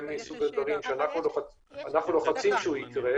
זה מסוג הדברים שאנחנו לוחצים שהוא יקרה